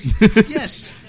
Yes